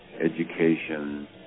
education